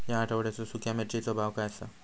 या आठवड्याचो सुख्या मिर्चीचो भाव काय आसा?